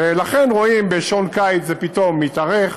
ולכן רואים שבשעון קיץ זה פתאום מתארך,